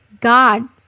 God